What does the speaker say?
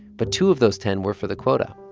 but two of those ten were for the quota,